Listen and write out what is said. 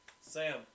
Sam